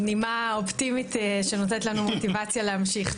נימה אופטימית שנותנת לנו מוטיבציה להמשיך.